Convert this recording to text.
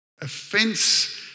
Offense